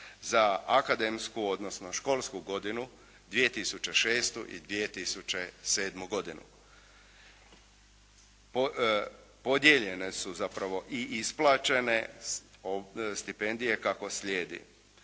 za akademsku, odnosno školsku godinu 2006. i 2007. godinu. Podijeljene su zapravo i isplaćene stipendije kako slijedi: